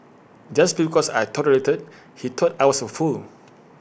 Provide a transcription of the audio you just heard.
just because I tolerated he thought I was A fool